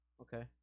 okay